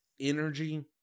energy